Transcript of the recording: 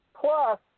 Plus